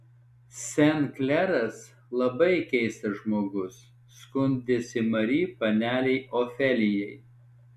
sen kleras labai keistas žmogus skundėsi mari panelei ofelijai